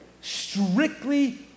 strictly